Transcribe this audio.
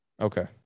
Okay